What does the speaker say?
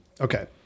Okay